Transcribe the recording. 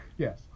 Yes